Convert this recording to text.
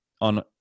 on